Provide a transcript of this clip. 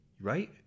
right